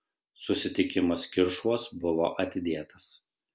susitikimas kiršuos buvo atidėtas